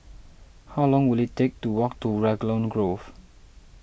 how long will it take to walk to Raglan Grove